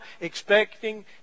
expecting